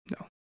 no